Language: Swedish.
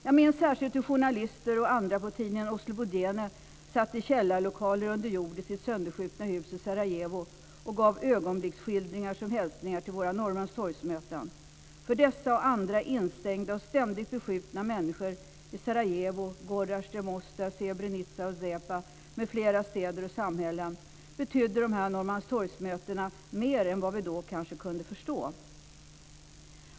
Jag minns särskilt hur journalister och andra på tidningen Oslobodjene satt i källarlokalen i sitt sönderskjutna hus i Sarajevo och gav ögonblicksskildringar som hälsningar till våra Norrmalmstorgsmöten. För dessa och andra instängda och ständigt beskjutna människor i Sarajevo, Gora de, Mostar, Srebrenica och epa m.fl. städer och samhällen betydde Norrmalmstorgsmötena mer än vad vi då kunde förstå.